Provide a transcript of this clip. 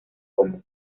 común